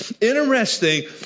Interesting